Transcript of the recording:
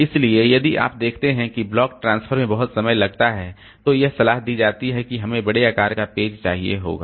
इसलिए यदि आप देखते हैं कि ब्लॉक ट्रांसफर में बहुत समय लगता है तो यह सलाह दी जाती है कि हमें बड़े आकार का पेज चाहिए होगा